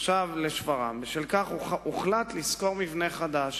עכשיו לשפרעם: בשל כך הוחלט לשכור מבנה חדש,